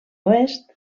oest